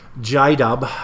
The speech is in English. J-Dub